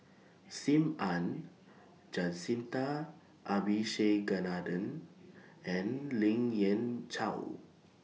SIM Ann Jacintha Abisheganaden and Lien Ying Chow